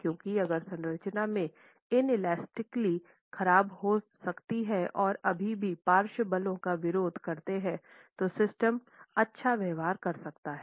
क्योंकि अगर संरचना में इनैलास्टिकली ख़राब हो सकती है और अभी भी पार्श्व बलों का विरोध करते हैंतो सिस्टम अच्छा व्यवहार कर सकता है